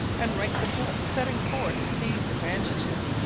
and writes a book setting forth these advantages,